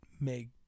make